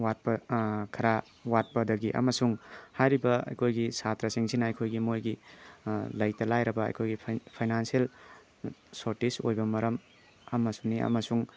ꯋꯥꯠꯄ ꯈꯔ ꯋꯥꯠꯄꯗꯒꯤ ꯑꯃꯁꯨꯡ ꯍꯥꯏꯔꯤꯕ ꯑꯩꯈꯣꯏꯒꯤ ꯁꯥꯇ꯭ꯔꯥꯁꯤꯡꯁꯤꯅ ꯑꯩꯈꯣꯏꯒꯤ ꯃꯣꯏꯒꯤ ꯂꯩꯇ ꯂꯥꯏꯔꯕ ꯑꯩꯈꯣꯏꯒꯤ ꯐꯥꯏꯅꯥꯟꯁꯦꯜ ꯁꯣꯔꯇꯦꯖ ꯑꯣꯏꯕ ꯃꯔꯝ ꯑꯃꯁꯨꯅꯤ ꯑꯃꯁꯨꯡ